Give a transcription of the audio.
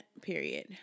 period